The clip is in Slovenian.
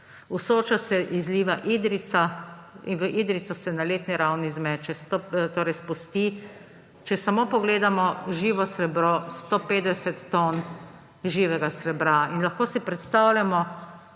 V Sočo se izliva Idrijca in v Idrijco se na letni ravni zmeče, spusti, če samo pogledamo živo srebro, 150 ton živega srebra in lahko si predstavljamo,